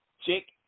chick